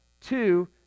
Two